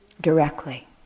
directly